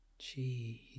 Jeez